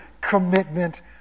commitment